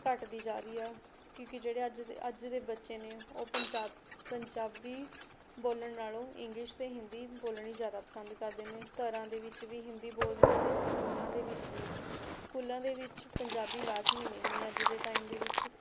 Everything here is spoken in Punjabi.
ਘੱਟਦੀ ਜਾ ਰਹੀ ਆ ਕਿਉਂਕਿ ਜਿਹੜੇ ਅੱਜ ਦੇ ਅੱਜ ਦੇ ਬੱਚੇ ਨੇ ਉਹ ਪੰਜਾਬ ਪੰਜਾਬੀ ਬੋਲਣ ਨਾਲੋਂ ਇੰਗਲਿਸ਼ ਅਤੇ ਹਿੰਦੀ ਬੋਲਣੀ ਜ਼ਿਆਦਾ ਪਸੰਦ ਕਰਦੇ ਨੇ ਘਰਾਂ ਦੇ ਵਿੱਚ ਵੀ ਹਿੰਦੀ ਬੋਲਦੇ ਨੇ ਅਤੇ ਸਕੂਲਾਂ ਦੇ ਵਿੱਚ ਵੀ ਸਕੂਲਾਂ ਦੇ ਵਿੱਚ ਪੰਜਾਬੀ ਲਾਜ਼ਮੀ ਨਹੀਂ ਹੈ ਅੱਜ ਦੇ ਟਾਈਮ ਦੇ ਵਿੱਚ